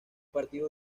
partido